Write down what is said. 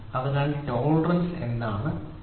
അതിനാൽ ടോളറൻസ് എന്താണ് ടോളറൻസ്